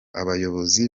abayobozi